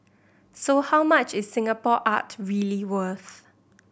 so how much is Singapore art really worth